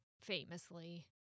famously